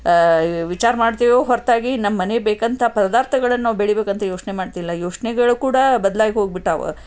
ವಿಚಾರ ಮಾಡ್ತೀವಿ ಹೊರತಾಗಿ ನಮ್ಮ ಮನೆಗೆ ಬೇಕಂತ ಪದಾರ್ಥಗಳನ್ನು ನಾವು ಬೆಳಿಬೇಕಂತ ಯೋಚನೆ ಮಾಡ್ತಿಲ್ಲ ಯೋಚನೆಗಳು ಕೂಡ ಬದಲಾಗಿ ಹೋಗ್ಬಿಟ್ಟಾವ